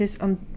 on